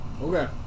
Okay